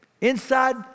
inside